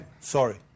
sorry